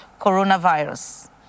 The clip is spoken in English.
coronavirus